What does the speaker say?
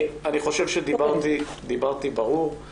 אני חושב שדיברתי ברור,